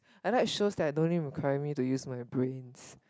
I like show no need require me to use my brains